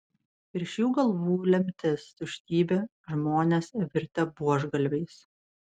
virš jų galvų lemtis tuštybė žmonės virtę buožgalviais